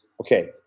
okay